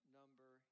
number